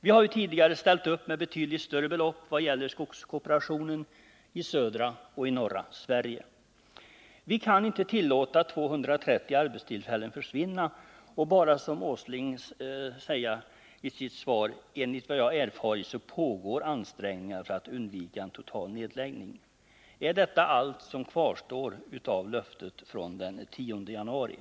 Vi har tidigare ställt upp med betydligt större belopp vad gäller skogskooperationen i södra och i norra Sverige. Vi kan inte tillåta att 230 arbetstillfällen försvinner och bara säga som herr Åsling i sitt svar: Enligt vad jag erfar pågår ansträngningar för att undvika en total nedläggning. Är detta allt som kvarstår av löftet från den 10 januari?